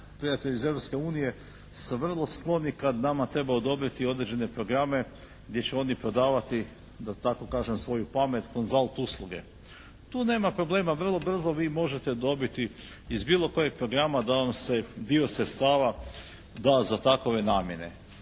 prijatelji iz Europske unije su vrlo skloni kad nama treba odobriti određene programe gdje će oni prodavati da tako kažem svoju pamet consult usluge. Tu nema problema. Vrlo brzo vi možete dobiti iz bilo kojeg programa da vas se dio sredstava da za takove namjene.